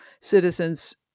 citizens